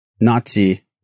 Nazi